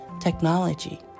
technology